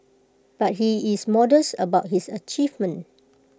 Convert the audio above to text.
but he is modest about his achievement